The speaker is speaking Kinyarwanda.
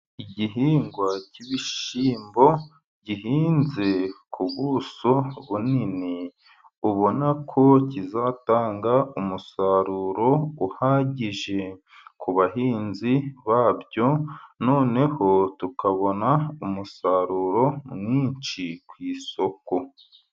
Igihingwa cy'ibishyimbo gihinze ku buso bunini, ubona ko kizatanga umusaruro uhagije ku bahinzi babyo noneho tukabona umusaruro mwinshi ku isoko.